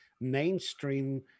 mainstream